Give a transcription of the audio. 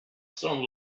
some